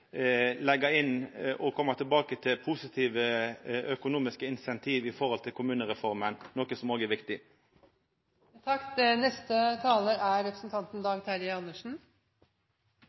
inn og koma tilbake til positive økonomiske incentiv i forhold til kommunereforma, noko som òg er